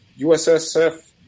USSF